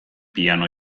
piano